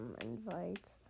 invite